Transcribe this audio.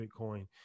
Bitcoin